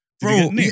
Bro